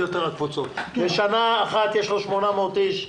בשנה אחת יש לו 800 איש,